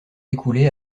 écoulées